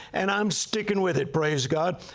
and i'm sticking with it, praise god.